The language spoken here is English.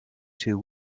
two